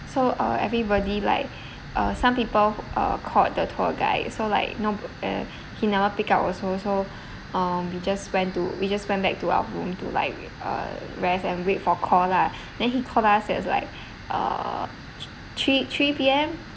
so uh everybody like uh some people uh called the tour guide so like nob~ uh he never pick up also so um we just went to we just went back to our room to like uh rest and wait for call lah then he called us is like uh three three P_M